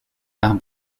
par